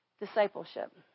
Discipleship